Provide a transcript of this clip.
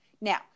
Now